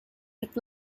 with